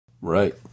right